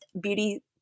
beauty